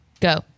Go